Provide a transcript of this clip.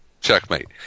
checkmate